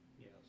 Yes